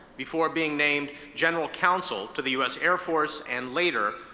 before being named general counsel to the us air force, and later,